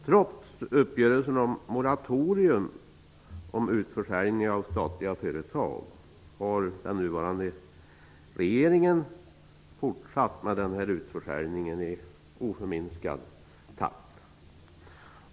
Trots uppgörelsen om ett moratorium för utförsäljning av statliga företag har den nuvarande regeringen fortsatt med utförsäljningen i oförminskad takt.